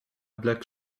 black